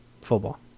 Football